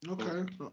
okay